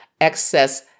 excess